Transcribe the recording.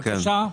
בבקשה.